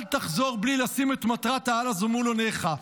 אל תחזור בלי לשים את מטרת-העל הזו מול עיניך.